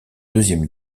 deuxième